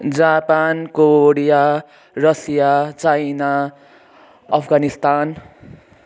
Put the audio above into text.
Japan Korea Russia China Afghanistan